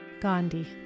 Gandhi